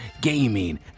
gaming